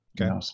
Okay